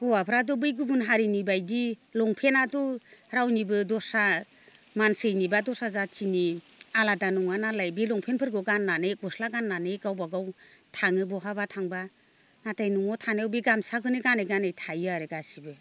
हौवाफ्राथ' बै गुबुन हारिनि बायदि लंपेन्टाथ' रावनिबो दस्रा मानसिनि बा दस्रा जाथिनि आलादा नङा नालाय बे लंपेन्टफोरखौ गाननानै गस्ला गाननानै गावबागाव थाङो बहाबा थांबा नाथाय न'आव थानायाव बे गामसाखौनो गानै गानै थायो आरो गासैबो